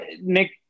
Nick